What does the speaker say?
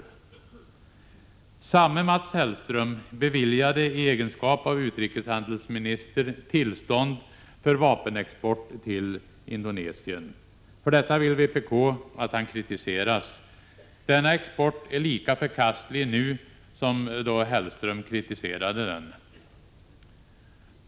Samme Mats Hellström beviljade i egenskap av utrikeshandelsminister tillstånd för vapenexport till Indonesien. För detta vill vpk att han kritiseras. Denna export är lika förkastlig nu som då Hellström kritiserade den.